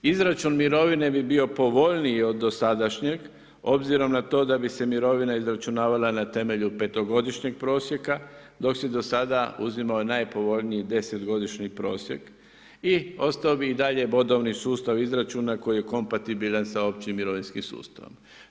Izračun mirovine bi bio povoljniji od dosadašnjeg, obzirom na to da bi se mirovine izračunavala na temelju petogodišnjeg prosjeka, dok se do sada uzimao najpovoljniji 10 godišnji prosjek i ostao bi i dalje bodovni sustav izračuna koji je kompatibilan sa općim mirovinskim sustavom.